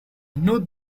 know